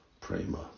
prema